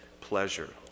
pleasure